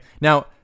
Now